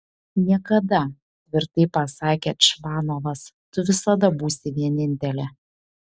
niekada tvirtai pasakė čvanovas tu visada būsi vienintelė